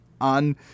on